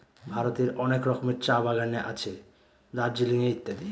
ভারতের অনেক রকমের চা বাগানে আছে দার্জিলিং এ ইত্যাদি